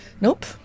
Nope